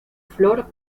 flor